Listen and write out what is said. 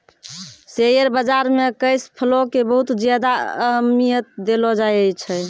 share बाजार मे cash flow के बहुत ज्यादा अहमियत देलो जाए छै